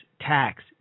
tax